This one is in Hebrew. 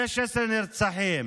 16 נרצחים,